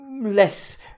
less